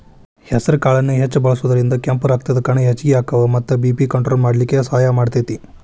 ಹೆಸರಕಾಳನ್ನ ಹೆಚ್ಚ್ ಬಳಸೋದ್ರಿಂದ ಕೆಂಪ್ ರಕ್ತಕಣ ಹೆಚ್ಚಗಿ ಅಕ್ಕಾವ ಮತ್ತ ಬಿ.ಪಿ ಕಂಟ್ರೋಲ್ ಮಾಡ್ಲಿಕ್ಕೆ ಸಹಾಯ ಮಾಡ್ತೆತಿ